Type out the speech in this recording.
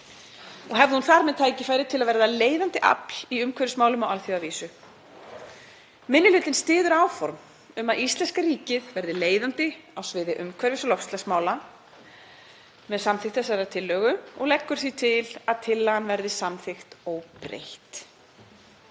og hefði hún þar með tækifæri til að verða leiðandi afl í umhverfismálum á alþjóðavísu. Minni hlutinn styður áform um að íslenska ríkið verði leiðandi á sviði umhverfis- og loftslagsmála með samþykkt tillögunnar og leggur því til að tillagan verði samþykkt óbreytt.